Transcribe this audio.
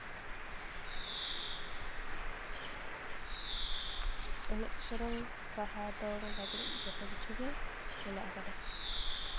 ᱮᱱᱮᱡ ᱥᱮᱨᱮᱧ ᱵᱟᱦᱟ ᱫᱚᱝ ᱞᱟᱜᱽᱬᱮ ᱡᱚᱛᱚ ᱠᱤᱪᱷᱩ ᱜᱮ ᱢᱮᱱᱟᱜ ᱟᱠᱟᱫᱟ